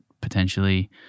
potentially